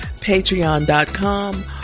patreon.com